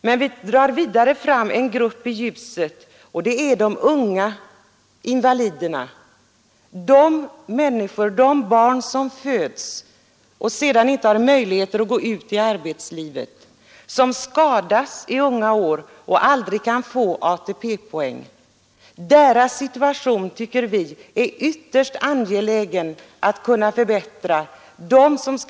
Men vi drar också fram en speciell grupp i ljuset, och det är de unga invaliderna, de som redan från födseln haft sådana handikapp att de inte haft möjligheter att gå ut i arbetslivet och de som skadas i unga år och aldrig kan få ATP-poäng. Vi tycker att det är ytterst angeläget att förbättra deras situation.